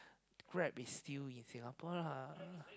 grab is still in Singapore lah